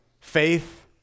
Faith